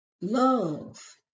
love